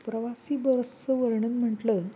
प्रवासी बसचं वर्णन म्हटलं